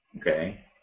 Okay